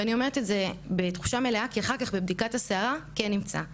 ואני אומרת את זה בתחושה מלאה כי אחר כך בבדיקת השערה כן נמצא.